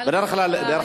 תודה לך,